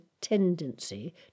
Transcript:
tendency